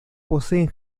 poseen